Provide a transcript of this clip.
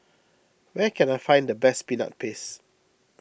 where can I find the best Peanut Paste